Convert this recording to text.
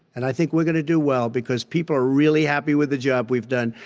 and i think we're going to do well, because people are really happy with the job we've done.